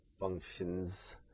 functions